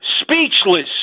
Speechless